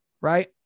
right